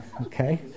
okay